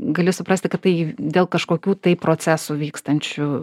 gali suprasti kad tai dėl kažkokių tai procesų vykstančių